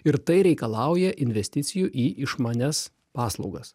ir tai reikalauja investicijų į išmanias paslaugas